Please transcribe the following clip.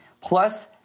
plus